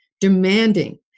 demanding